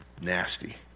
nasty